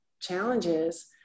challenges